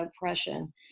oppression